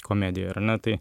komedija ar ne tai